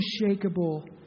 unshakable